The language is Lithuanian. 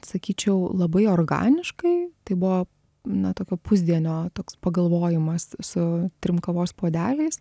sakyčiau labai organiškai tai buvo na tokio pusdienio toks pagalvojimas su trim kavos puodeliais